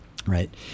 Right